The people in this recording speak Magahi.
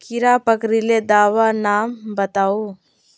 कीड़ा पकरिले दाबा नाम बाताउ?